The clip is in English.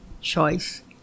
choice